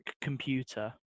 computer